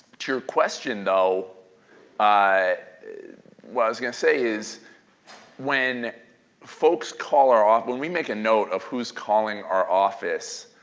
to your question though, what i was going to say is when folks call our off when we make a note of who's calling our office,